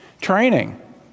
Training